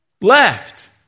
left